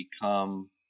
become